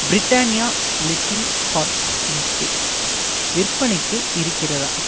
Britannia little hearts biscuit விற்பனைக்கு இருக்கிறதா